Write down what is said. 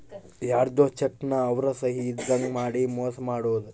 ಯಾರ್ಧೊ ಚೆಕ್ ನ ಅವ್ರ ಸಹಿ ಇದ್ದಂಗ್ ಮಾಡಿ ಮೋಸ ಮಾಡೋದು